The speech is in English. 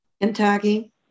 Kentucky